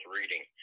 reading